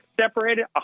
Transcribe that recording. separated